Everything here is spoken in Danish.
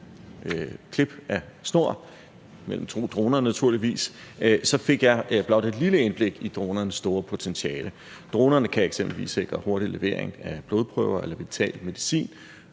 klip af snor, mellem to droner naturligvis – fik jeg blot et lille indblik i dronernes store potentiale. Dronerne kan eksempelvis sikre hurtig levering af blodprøver eller vital medicin,